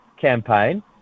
campaign